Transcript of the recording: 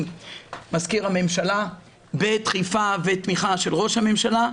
מזכיר הממשלה בדחיפה ותמיכה של ראש הממשלה,